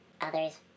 Others